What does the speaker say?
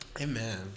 Amen